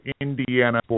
Indiana